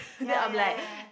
ya ya ya